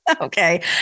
Okay